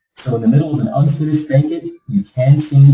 so in the middle of an unfinished bankit, you can change